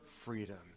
freedom